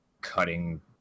cutting